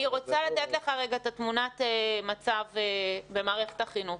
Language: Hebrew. אני רוצה לתת לך רגע את תמונת המצב במערכת החינוך.